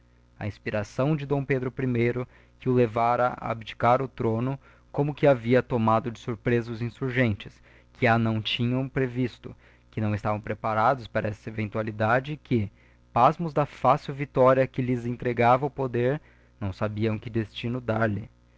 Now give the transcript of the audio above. a inspiração de d pedro i que o levara a abdicar o throno como que havia tomado de surpresa os insurgentes que a não tinham previsto que não estavam preparados para essa eventualidade e que pasmos da fácil victoria que lhes entregava o poder não sabiam que destino dar